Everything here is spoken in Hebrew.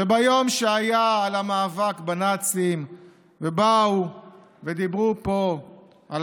וביום שהיה על המאבק בנאצים ובאו ודיברו פה על